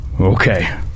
Okay